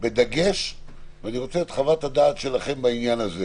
יושב בן אדם -- אני מעריך שלכל ה-34 הגדולים יש את המערכות האלו.